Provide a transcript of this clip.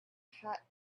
hat